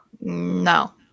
No